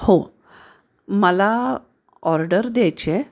हो मला ऑर्डर द्यायची आहे